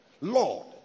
Lord